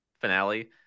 finale